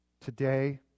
Today